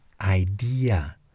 idea